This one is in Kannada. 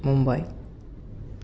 ಮುಂಬೈ